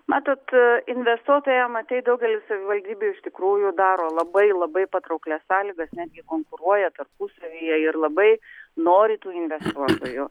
matot investuotojam ateit daugelis savivaldybių iš tikrųjų daro labai labai patrauklias sąlygas netgi konkuruoja tarpusavyje ir labai nori tų investuotojų